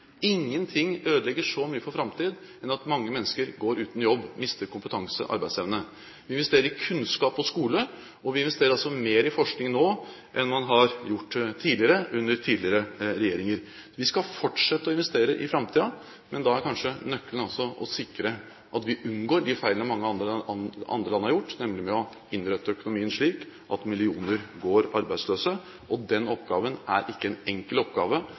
Ingenting ødelegger så mye for framtiden som at mange mennesker går uten jobb og mister kompetanse og arbeidsevne. Vi investerer i kunnskap og skole, og vi investerer altså mer i forskning nå enn man har gjort tidligere, under tidligere regjeringer. Vi skal fortsette med å investere i framtiden, men da er kanskje nøkkelen å sikre at vi unngår de feilene mange andre land har gjort, nemlig å innrette økonomien slik at millioner går arbeidsløse. Den oppgaven er ikke en enkelt oppgave.